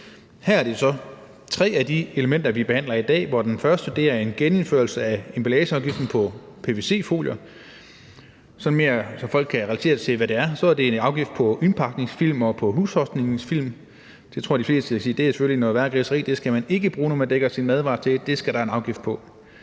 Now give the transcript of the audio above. Her er det så tre af de elementer, vi behandler i dag, hvor det første er en genindførelse af emballageafgiften på pvc-folier. For at folk kan relatere sig til, hvad det er, vil jeg sige, at det er en afgift på indpakningsfilm og på husholdningsfilm. Der tror jeg, de fleste vil sige, at det selvfølgelig er noget værre griseri, og at det skal man ikke bruge, når man dækker sine madvarer til, så det skal der en afgift på.